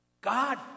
God